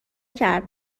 کرد